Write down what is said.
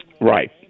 Right